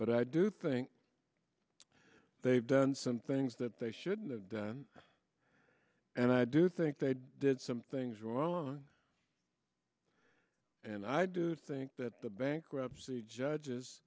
but i do think they've done some things that they shouldn't have done and i do think they did some things wrong and i do think that the bankruptcy judges